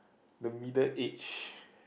the middle age